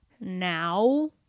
now